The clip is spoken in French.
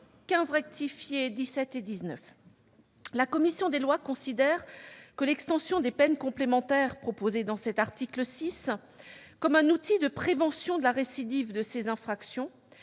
des magistrats. La commission des lois considère l'extension des peines complémentaires proposée dans cet article comme un outil de prévention de la récidive de ces infractions.